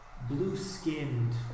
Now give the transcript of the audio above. blue-skinned